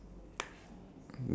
um